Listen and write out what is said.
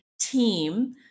team